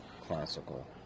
classical